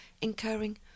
incurring